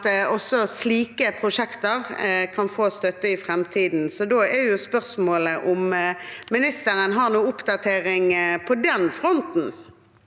at også slike prosjekter kan få støtte i framtiden, så da er spørsmålet om statsråden har en oppdatering på den fronten.